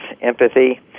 empathy